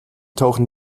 tauchen